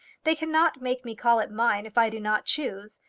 they cannot make me call it mine if i do not choose.